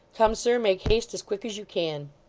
come, sir, make haste as quick as you can